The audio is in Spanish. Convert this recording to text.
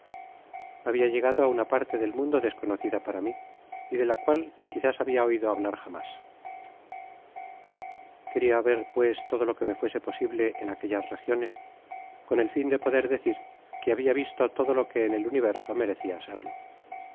habia llegado á una parte del mundo desconocida para mí y de la cual quizás lubia oido hablar jamás queria ver pues todo lo que me fuese posible en aquellas regiones con e fin de poder decir que habia visto todo lo que en el universo merecía serlo